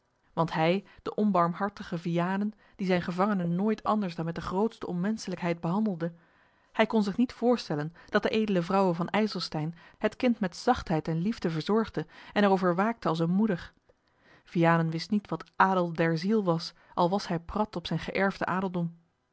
want hij de onbarmhartige vianen die zijne gevangenen nooit anders dan met de grootste onmenschelijkheid behandelde hij kon zich niet voorstellen dat de edele vrouwe van ijselstein het kind met zachtheid en liefde verzorgde en er over waakte als eene moeder vianen wist niet wat adel der ziel was al was hij prat op zijn geërfden adeldom